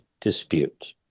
dispute